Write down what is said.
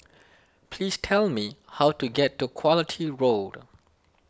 please tell me how to get to Quality Road